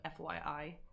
FYI